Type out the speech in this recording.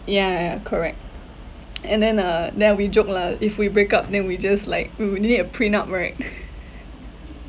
ya ya ya correct and then uh then we joke lah if we break up then we just like we would need a prenup right